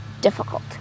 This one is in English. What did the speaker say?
difficult